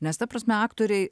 nes ta prasme aktoriai